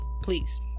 please